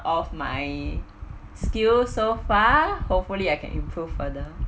of my skill so far hopefully I can improve further